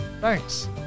thanks